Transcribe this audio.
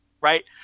right